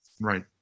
Right